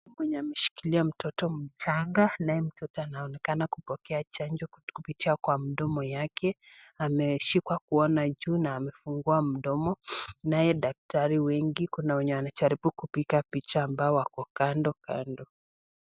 Mwenye ameshikilia mtoto mchanga naye mtoto anaonekana kupokea chanjo kupitia kwa mdomo yake ameshika kuona juu na amefungua mdomo naye daktari wengi, kuna wenye wanajaribu kupiga picha ambao wako kandokando.